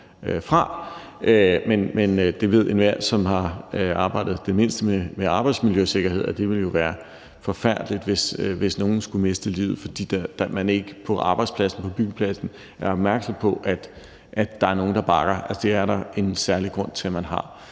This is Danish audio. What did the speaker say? Men enhver, som har arbejdet det mindste med arbejdsmiljøsikkerhed, ved, at det jo ville være forfærdeligt, hvis nogen skulle miste livet, fordi man ikke på arbejdspladsen, på byggepladsen er opmærksom på, at der er nogen, der bakker. Altså, baksensorer er der en særlig grund til at man har.